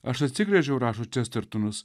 aš atsigręžiau rašo čestertonas